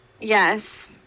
Yes